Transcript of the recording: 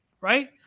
Right